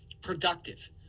productive